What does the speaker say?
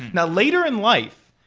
now, later in life,